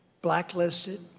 blacklisted